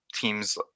teams